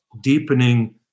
deepening